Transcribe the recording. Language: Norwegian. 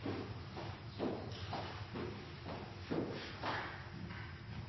sto